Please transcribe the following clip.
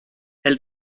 elle